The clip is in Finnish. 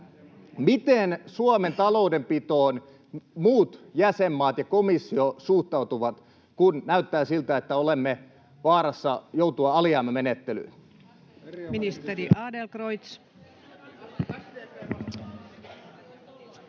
miten Suomen taloudenpitoon muut jäsenmaat ja komissio suhtautuvat, kun näyttää siltä, että olemme vaarassa joutua alijäämämenettelyyn?